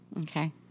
okay